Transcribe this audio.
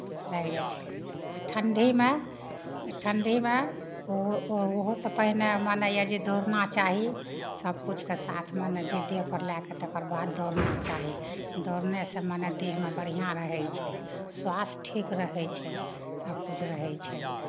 लागि जाइ छै ठण्ढीमे ठण्ढीमे ओहो ओहोसँ पहिने जे मने यए जे दौड़ना चाही सभकिछुके साथ मने देह देहपर लए कऽ तकर बाद दौड़ना चाही दौड़नेसँ मने देहमे बढ़िआँ रहै छै स्वास्थ्य ठीक रहै छै सभकिछु रहै छै